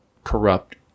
corrupt